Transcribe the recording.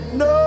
no